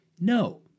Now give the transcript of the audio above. No